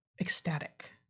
ecstatic